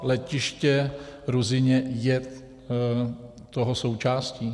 Letiště Ruzyně je toho součástí?